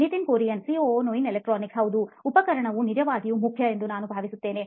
Nitin Kurian COO ನೋಯಿನ್ electronics ಹೌದು ಉಪಕರಣವು ನಿಜವಾಗಿಯೂ ಮುಖ್ಯ ಎಂದು ನಾನು ಭಾವಿಸುತ್ತೇನೆ